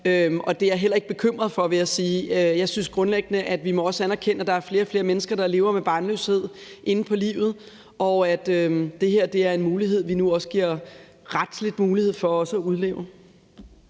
Og det er jeg heller ikke bekymret for, vil jeg sige. Jeg synes grundlæggende, at vi også må anerkende, at der er flere og flere mennesker, der lever med barnløshed inde på livet, og at det her er noget, vi nu også giver retlig mulighed for at udleve.